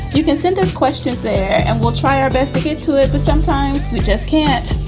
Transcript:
you can send us questions there and we'll try our best to get to it. but sometimes you just can't.